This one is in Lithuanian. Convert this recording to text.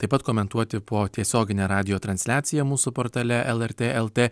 taip pat komentuoti po tiesiogine radijo transliacija mūsų portale lrt lt